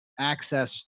access